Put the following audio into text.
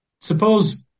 suppose